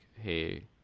hey